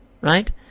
right